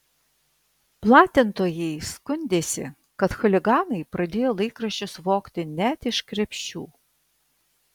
platintojai skundėsi kad chuliganai pradėjo laikraščius vogti net iš krepšių